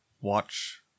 watch